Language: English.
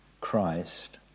Christ